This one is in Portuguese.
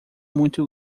muito